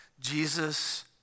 Jesus